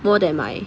more than my